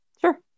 Sure